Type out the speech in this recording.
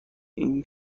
این